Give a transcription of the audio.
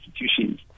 institutions